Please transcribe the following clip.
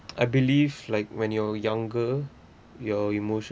I believe like when you're younger your emotion